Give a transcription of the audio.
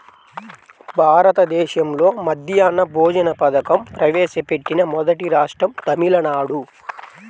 భారతదేశంలో మధ్యాహ్న భోజన పథకం ప్రవేశపెట్టిన మొదటి రాష్ట్రం తమిళనాడు